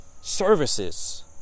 Services